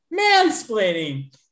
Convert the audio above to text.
mansplaining